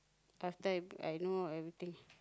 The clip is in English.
after I I know everything